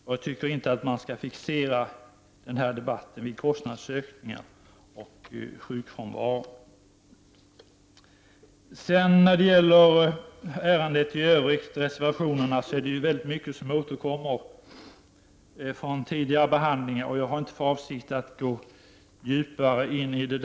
Jag tycker inte att man skall fixera den här debatten vid kostnadsökningar och sjukfrånvaro. I ärendet i övrigt och i reservationerna är det väldigt mycket som återkommer från tidigare behandlingar. Jag har inte för avsikt att gå djupare in i det.